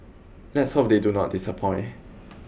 let's hope they do not disappoint